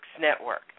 Network